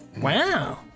Wow